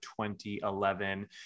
2011